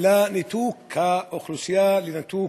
לניתוק האוכלוסייה, לניתוק